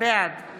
בעד